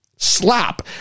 slap